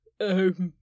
Um-